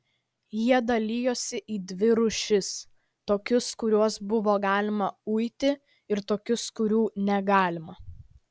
jie dalijosi į dvi rūšis tokius kuriuos buvo galima uiti ir tokius kurių negalima